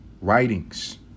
writings